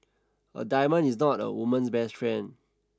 a diamond is not a woman's best friend